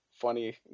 funny